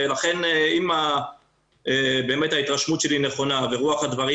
ולכן אם ההתרשמות שלי נכונה ורוח הדברים